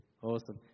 Awesome